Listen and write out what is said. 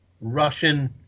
Russian